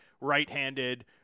right-handed –